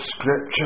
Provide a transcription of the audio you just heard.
scripture